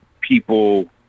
people